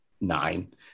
nine